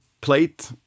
plate